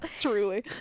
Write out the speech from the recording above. truly